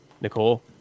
nicole